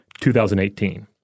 2018